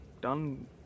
done